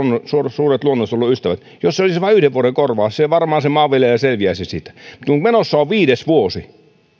suuret luonnonsuojelun ystävät jos se olisi vain yhden vuoden korvaus maanviljelijä varmaan selviäisi siitä mutta kun menossa on viides vuosi